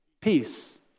Peace